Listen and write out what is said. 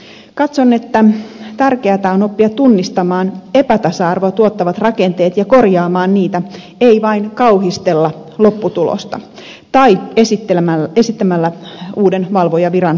katson että tärkeätä on oppia tunnistamaan epätasa arvoa tuottavat rakenteet ja korjaamaan niitä ei vain kauhistella lopputulosta tai esittää uuden valvojaviran perustamista